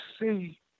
see